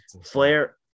Flair